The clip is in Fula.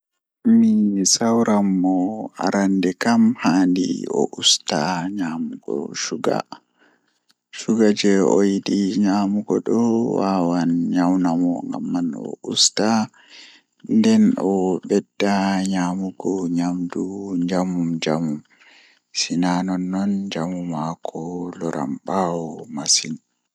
Mi sawran mo Arande kam handi o usta nyamugo shuga, shuga oyidi nyamugo do wawan nyawna mo masin obusta nden o ɓedda nyamugo nyamdu njamu-njamu Sinay nonnon njamu maako loran ɓaawo masin